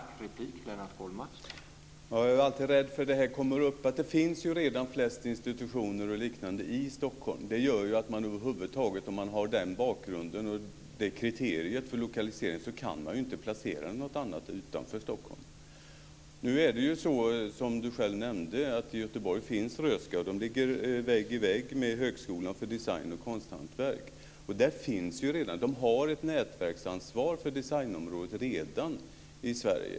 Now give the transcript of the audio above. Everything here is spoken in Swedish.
Herr talman! Jag är alltid rädd för att argumentet att det redan finns flest institutioner o.d. i Stockholm ska dyka upp. Med det kriteriet för lokalisering kan man inte placera någonting utanför Stockholm. Som Eva Arvidsson själv har nämnt finns Röhsska museet i Göteborg. Det ligger vägg i vägg med högskolorna för design och konsthantverk, och de har redan ett nätverksansvar för designområdet i Sverige.